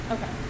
Okay